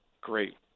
great